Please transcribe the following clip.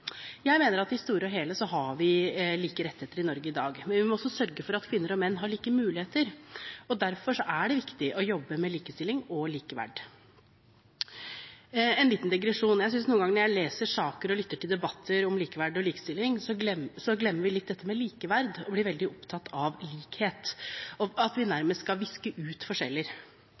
Jeg mener at vi i det store og hele har like rettigheter i Norge i dag, men vi må også sørge for at kvinner og menn har like muligheter, og derfor er det viktig å jobbe med likestilling og likeverd. En liten digresjon: Jeg synes noen ganger når jeg leser saker og lytter til debatter om likeverd og likestilling, at vi glemmer litt dette med likeverd og blir veldig opptatt av likhet, at vi